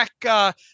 back